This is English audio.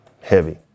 heavy